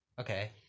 Okay